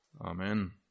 Amen